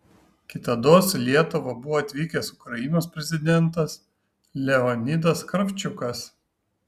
kitados į lietuvą buvo atvykęs ukrainos prezidentas leonidas kravčiukas